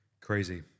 Crazy